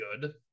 good